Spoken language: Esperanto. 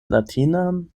latinan